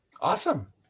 Awesome